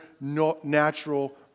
natural